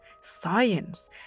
science